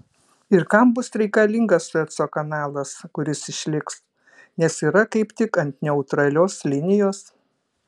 ir kam bus reikalingas sueco kanalas kuris išliks nes yra kaip tik ant neutralios linijos